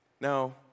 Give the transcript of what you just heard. Now